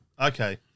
okay